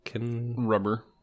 Rubber